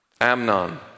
Amnon